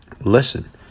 listen